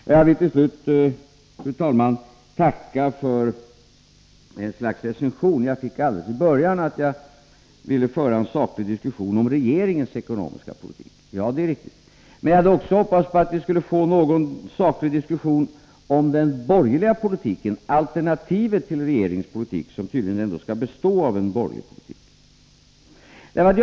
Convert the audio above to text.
Jag vill till slut, fru talman, tacka för ett slags recension som jag fick alldeles i början av debatten, att jag ville föra en saklig diskussion om regeringens ekonomiska politik. Ja, det är riktigt — det vill jag göra. Men jag hade också hoppats på att vi skulle få någon saklig diskussion om den borgerliga ekonomiska politiken, alternativet till regeringens politik, som tydligen ändå skall bestå av en borgerlig politik.